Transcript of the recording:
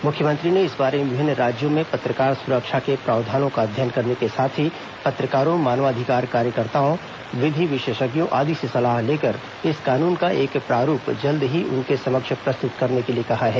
मुख्यमंत्री ने इस बारे में विभिन्न राज्यों में पत्रकार सुरक्षा के प्रावधानों का अध्ययन करने के साथ ही पत्रकारों मानवाधिकार कार्यकर्ताओं विधि विशेषज्ञों आदि से सलाह लेकर इस कानून का एक प्रारूप जल्द ही उनके समक्ष प्रस्तुत करने के लिए कहा है